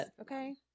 okay